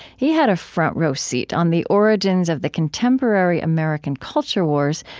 he had a front row seat on the origins of the contemporary american culture wars,